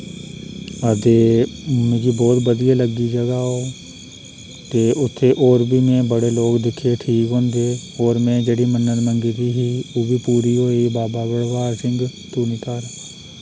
हां ते मिकी बहुत बधिया लगदी जगह ओह् ते उत्थै और बी में बड़े लोक दिक्खे ठीक होंदे और में जेह्ड़ी मन्नत मंगी दी ही ओह् बी पूरी होई बाबा भड़वल सिंह धुनीधार